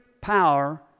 power